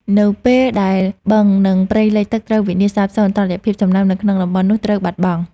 នៅពេលដែលបឹង និងព្រៃលិចទឹកត្រូវវិនាសសាបសូន្យ តុល្យភាពសំណើមនៅក្នុងតំបន់នោះត្រូវបាត់បង់។